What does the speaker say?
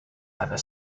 ever